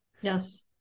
Yes